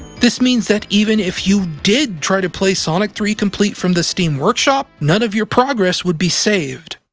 this means that even if you did try to play sonic three complete from the steam workshop, none of your progress will be saved.